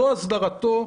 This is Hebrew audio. זו הסדרתו.